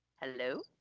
Hello